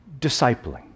discipling